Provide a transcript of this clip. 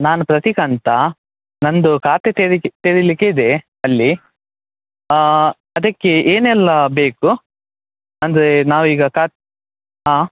ನಾನು ಪ್ರತೀಕ್ ಅಂತ ನನ್ನದು ಖಾತೆ ತೆರಿಕೆ ತೆರಿಲಿಕ್ಕೆ ಇದೆ ಅಲ್ಲಿ ಅದಕ್ಕೆ ಏನೆಲ್ಲ ಬೇಕು ಅಂದರೆ ನಾವೀಗ ಕಾ ಹಾಂ